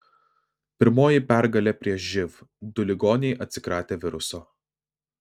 pirmoji pergalė prieš živ du ligoniai atsikratė viruso